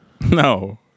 No